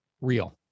real